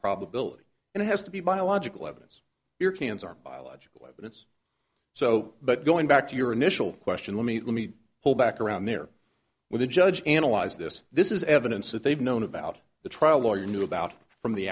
probability and it has to be biological evidence your hands are biological evidence so but going back to your initial question let me let me hold back around there with the judge analyze this this is evidence that they've known about the trial lawyer knew about it from the